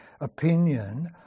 opinion